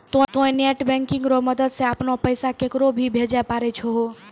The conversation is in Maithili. तोंय नेट बैंकिंग रो मदद से अपनो पैसा केकरो भी भेजै पारै छहो